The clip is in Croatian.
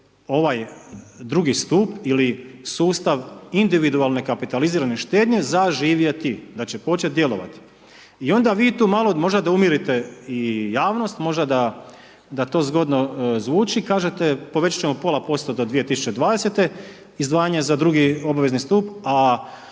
ovaj drugi stup ili sustav individualne kapitalizirane štednje zaživjeti, da će početi djelovati. I onda vi tu malo možda da umirite i javnost, možda da to zgodno zvuči kažete povećati ćemo pola posto do 2020., izdvajanja za drugi obavezni stup a